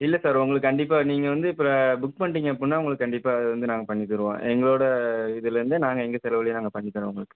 இல்லை சார் உங்களுக்கு கண்டிப்பாக நீங்கள் வந்து இப்போ புக் பண்ணிட்டீங்க அப்புடின்னா உங்களுக்கு கண்டிப்பாக அதை வந்து நாங்கள் பண்ணித் தருவோம் எங்களோட இதுலேர்ந்து நாங்கள் எங்கள் செலவுலையே நாங்கள் பண்ணித் தருவோம் உங்களுக்கு